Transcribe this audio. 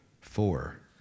Four